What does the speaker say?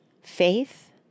Faith